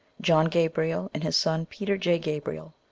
john gabriel, and his son peter j. gabriel,